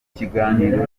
kiganiro